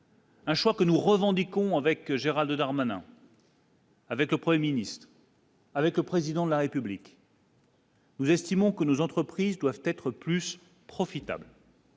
Un choix que nous revendiquons avec Gérald Darmanin. Avec le 1er ministre. Avec le président de la République. Nous estimons que nos entreprises doivent être plus profitable.